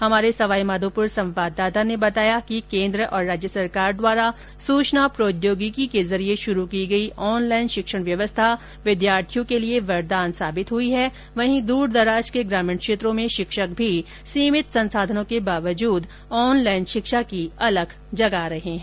हमारे सवाई माधोपुर संवाददाता ने बताया कि केंद्र और राज्य सरकार द्वारा सूचना प्रौद्योगिकी के जरिए शुरू की गई ऑनलाइन शिक्षण व्यवस्था विद्यार्थियों के लिए वरदान साबित हुई है वही दूरदराज के ग्रामीण क्षेत्रों में शिक्षक भी सीमित संसाधनों के बावजूद ऑनलाइन शिक्षा की अलख जगा रहे हैं